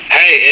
hey